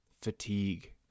Fatigue